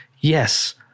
Yes